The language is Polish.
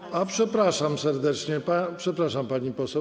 A, przepraszam serdecznie, przepraszam, pani poseł.